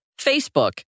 Facebook